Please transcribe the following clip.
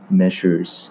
measures